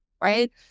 right